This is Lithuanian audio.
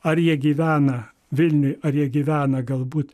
ar jie gyvena vilniuje ar jie gyvena galbūt